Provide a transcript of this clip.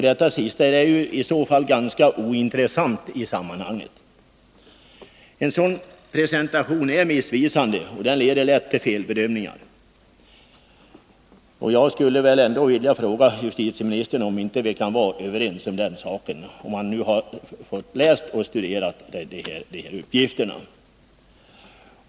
Detta är ju ganska ointressant i sammanhanget. En sådan presentation är missvisande, och den leder lätt till felbedömningar. Jag skulle vilja fråga justitieministern om vi inte kan vara överens om den saken, ifall han har läst och studerat dessa uppgifter.